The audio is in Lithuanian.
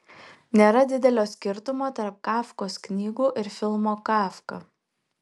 nėra didelio skirtumo tarp kafkos knygų ir filmo kafka